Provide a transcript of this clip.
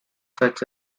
such